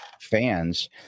fans